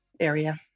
area